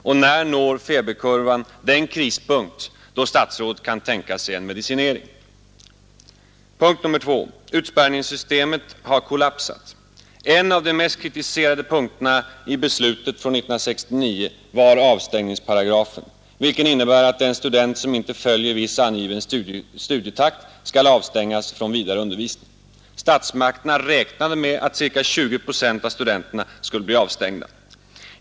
Och när når feberkurvan den krispunkt, då statsrådet kan tänka sig medicinering? 2. Utspärrningssystemet har kollapsat. En av de mest kritiserade punkterna i PUKAS-beslutet 1969 var avstängningsparagrafen, vilken innebär att den student som inte följer viss angiven studietakt skall avstängas från vidare undervisning. Statsmakterna räknade med att ca 20 procent av studenterna skulle bli avstängda.